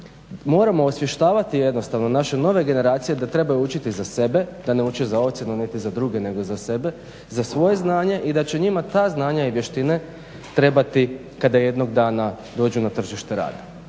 Moramo osvještavati jednostavno naše nove generacije da trebaju učiti za sebe, da ne uče za ocjenu niti za druge, nego za sebe, za svoje znanje i da će njima ta znanja i vještine trebati kada jednog dana dođu na tržište rada.